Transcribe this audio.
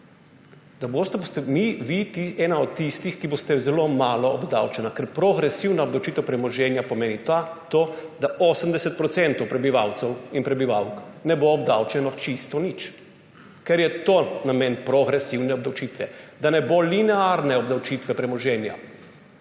vi ena od tistih, ki bodo zelo malo obdavčeni, ker progresivna obdavčitev premoženja pomeni to, da 80 % prebivalcev in prebivalk ne bo obdavčenih čisto nič. Ker je to namen progresivne obdavčitve – da ne bo linearne obdavčitve premoženja,